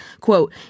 quote